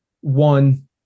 one